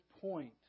point